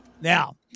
Now